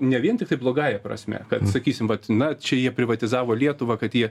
ne vien tiktai blogąja prasme kad sakysim vat na čia jie privatizavo lietuvą kad jie